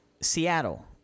Seattle